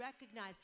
recognize